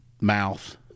mouth